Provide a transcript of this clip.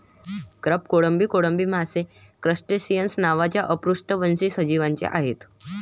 crab, कोळंबी, कोळंबी मासे क्रस्टेसिअन्स नावाच्या अपृष्ठवंशी सजीवांचे आहेत